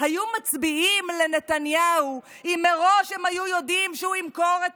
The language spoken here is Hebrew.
היו מצביעים לנתניהו אם מראש הם היו יודעים שהוא ימכור את